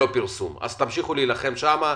תמשיכו להילחם שם.